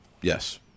yes